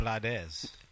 Blades